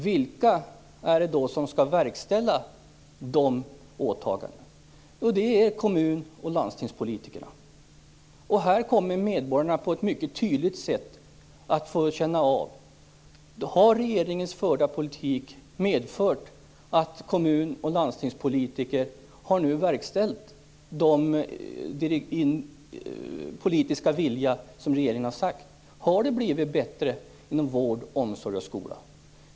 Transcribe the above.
Vilka är det då som skall verkställa dessa åtaganden? Jo, det skall kommunaloch landstingspolitikerna göra. Här kommer medborgarna mycket tydligt att få känna av om regeringens förda politik har medfört att kommunal och landstingspolitiker verkställt den politiska vilja som regeringen har uttalat. Har det blivit bättre inom vården, omsorgen och skolan?